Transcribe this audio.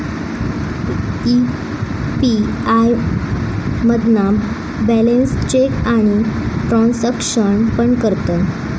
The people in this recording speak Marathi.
यी.पी.आय मधना बॅलेंस चेक आणि ट्रांसॅक्शन पण करतत